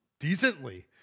decently